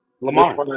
Lamar